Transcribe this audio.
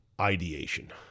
ideation